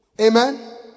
Amen